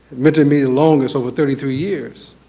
mentored me the longest over thirty three years.